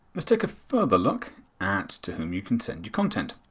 let's take a further look at to whom you can send your content.